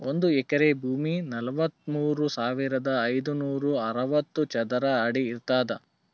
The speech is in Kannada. ಒಂದ್ ಎಕರಿ ಭೂಮಿ ನಲವತ್ಮೂರು ಸಾವಿರದ ಐನೂರ ಅರವತ್ತು ಚದರ ಅಡಿ ಇರ್ತದ